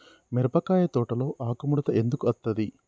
మిరపకాయ తోటలో ఆకు ముడత ఎందుకు అత్తది?